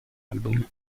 album